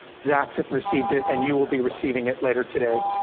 zacks have received it, and you will be receiving it later today.